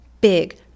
big